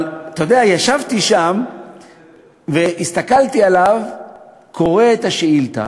אבל ישבתי שם והסתכלתי עליו קורא את השאילתה,